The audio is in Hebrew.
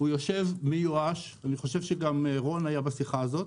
הוא יושב מיואש, אני חושב שגם רון היה בשיחה הזאת